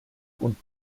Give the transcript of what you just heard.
und